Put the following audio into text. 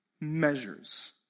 measures